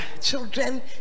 children